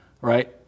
right